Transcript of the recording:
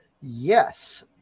Yes